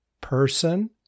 Person